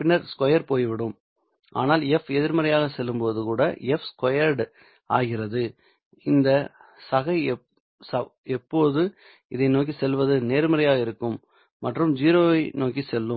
பின்னர் ஸ்கொயர் போய்விடும் ஆனால் f எதிர்மறையாக செல்லும்போது கூட f ஸ்கொயர்டு ஆகிறது இந்த சக எப்போதும் இதை நோக்கி செல்வது நேர்மறையாக இருக்கும் மற்றும் 0 ஐ நோக்கி செல்லும்